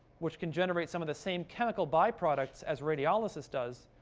which can generate some of the same chemical byproducts as radiolysis does,